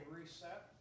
reset